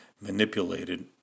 manipulated